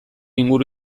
inguru